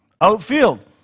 Outfield